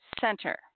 center